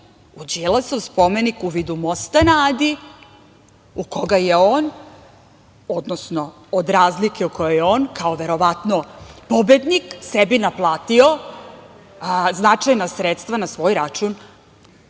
u Đilasov spomenik u vidu mosta na Adi, od koga je on, odnosno od razlike u kojoj je on kao verovatno pobednik sebi naplatio značajna sredstva na svoj račun